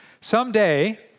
Someday